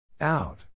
Out